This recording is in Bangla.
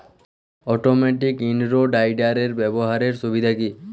অটোমেটিক ইন রো উইডারের ব্যবহারের সুবিধা কি?